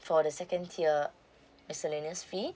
for the second tier miscellaneous fee